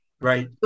Right